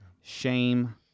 shame